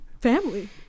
family